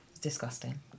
Disgusting